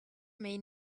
may